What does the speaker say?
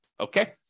Okay